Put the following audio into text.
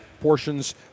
portions